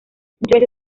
muchas